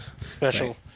special